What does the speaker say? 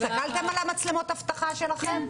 הסתכלתם על מצלמות האבטחה שלכם?